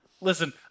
Listen